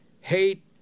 hate